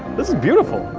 this is beautiful!